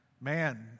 man